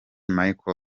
michel